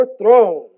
overthrown